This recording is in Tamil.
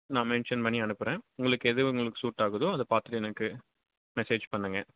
நான் மென்ஷன் பண்ணி அனுப்புகிறேன் உங்களுக்கு எது உங்களுக்கு சூட் ஆகுதோ அதைப் பார்த்துட்டு எனக்கு மெசேஜ் பண்ணுங்கள்